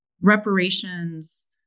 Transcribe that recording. reparations